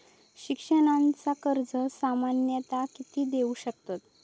शिक्षणाचा कर्ज सामन्यता किती देऊ शकतत?